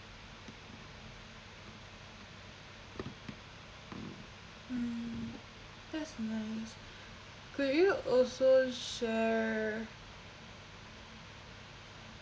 mm that's nice could you also share